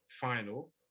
final